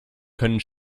können